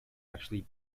actually